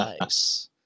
Nice